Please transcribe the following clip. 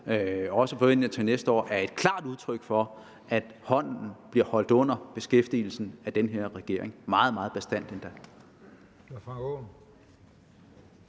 og, forventes det, til næste år er et klart udtryk for, at hånden bliver holdt under beskæftigelsen af den her regering – meget, meget bastant endda.